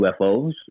UFOs